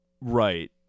Right